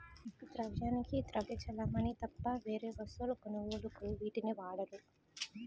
ద్రవ్యానికి ద్రవ్య చలామణి తప్ప వేరే వస్తువుల కొనుగోలుకు వీటిని వాడరు